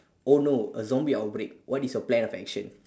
oh no a zombie outbreak what is your plan of action